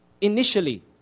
initially